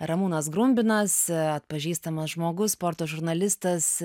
ramūnas grumbinas atpažįstamas žmogus sporto žurnalistas